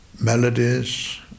melodies